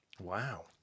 Wow